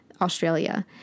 Australia